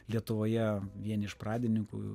lietuvoje vien iš pradininkų